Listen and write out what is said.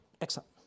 excellent